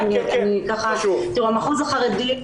המחוז החרדי,